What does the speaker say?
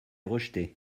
rejeter